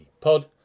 pod